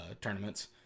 tournaments